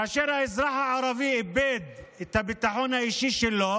כאשר האזרח הערבי איבד את הביטחון האישי שלו,